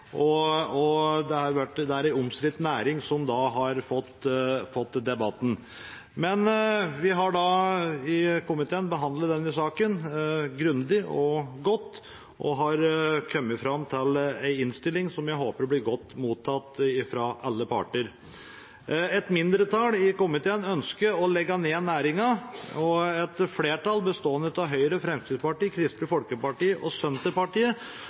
for 2016–2017. Det har vært en utrolig debatt om en omstridt næring. Vi i komiteen har behandlet denne saken grundig og godt, og vi har kommet fram til en innstilling som jeg håper blir godt mottatt av alle parter. Et mindretall i komiteen ønsker å legge ned næringen, og et flertall, bestående av Høyre, Fremskrittspartiet, Kristelig Folkeparti og Senterpartiet,